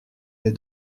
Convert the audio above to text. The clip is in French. des